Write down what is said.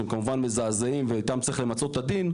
שהם כמובן מזעזעים ואיתם צריך למצות את הדין,